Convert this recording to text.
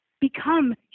become